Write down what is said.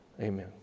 amen